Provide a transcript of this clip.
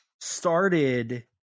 started